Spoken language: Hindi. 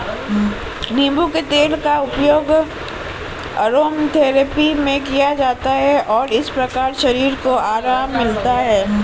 नींबू के तेल का उपयोग अरोमाथेरेपी में किया जाता है और इस प्रकार शरीर को आराम मिलता है